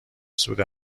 سود